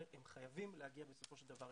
חייב להגיע אליהם.